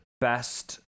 best